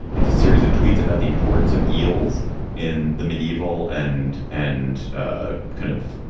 it's a series of tweets about the importance of eels in the mediaeval and and ah kind of